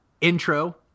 intro